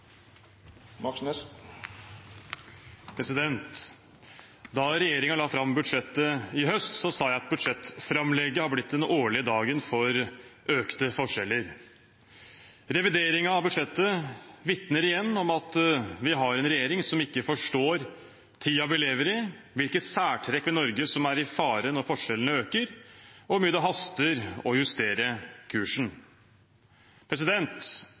Da regjeringen la fram budsjettet i høst, sa jeg at budsjettframlegget er blitt den årlige dagen for økte forskjeller. Revideringen av budsjettet vitner igjen om at vi har en regjering som ikke forstår tiden vi lever i, hvilke særtrekk ved Norge som er i fare når forskjellene øker, og hvor mye det haster å justere kursen.